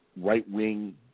right-wing